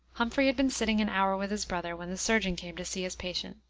humphrey had been sitting an hour with his brother, when the surgeon came to see his patient.